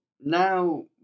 now